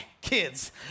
kids